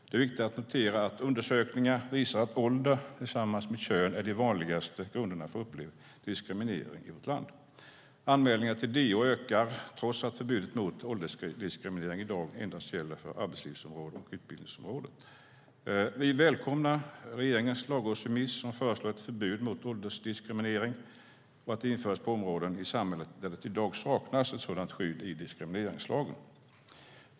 Det är viktigt att notera att undersökningar visar att ålder tillsammans med kön är de vanligaste grunderna för upplevd diskriminering i vårt land. Anmälningarna till DO ökar trots att förbudet mot åldersdiskriminering i dag endast gäller för arbetslivsområdet och utbildningsområdet. Vi välkomnar regeringens lagrådsremiss som föreslår att ett förbud mot åldersdiskriminering införs på de områden i samhället där det i dag saknas ett sådant skydd i diskrimineringslagen.